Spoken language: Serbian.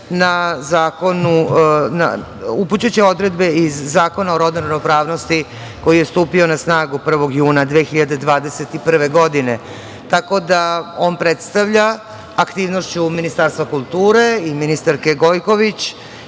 za upućujuće odredbe iz Zakona o rodnoj ravnopravnosti koji je stupio na snagu 1. juna 2021. godine. On predstavlja, aktivnošću Ministarstva kulture i ministarke Gojković,